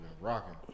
rocking